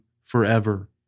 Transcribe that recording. forever